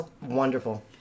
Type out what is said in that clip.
wonderful